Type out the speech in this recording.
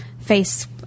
face